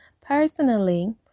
Personally